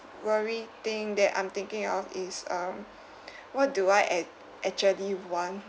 worried thing that I'm thinking of is um what do I ac~ actually want